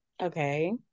Okay